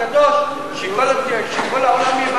שכל העולם יבער.